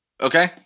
Okay